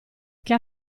che